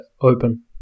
open